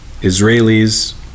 Israelis